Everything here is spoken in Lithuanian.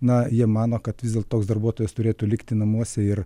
na jie mano kad vis dėlto toks darbuotojas turėtų likti namuose ir